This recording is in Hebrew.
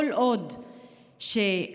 כל עוד המדינה,